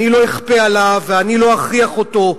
אני לא אכפה עליו ואני לא אכריח אותו.